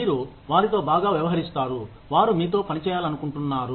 మీరు వారితో బాగా వ్యవహరిస్తారు వారు మీతో పని చేయాలనుకుంటున్నారు